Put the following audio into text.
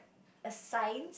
a sign